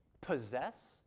possess